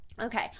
Okay